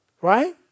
right